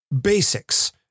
basics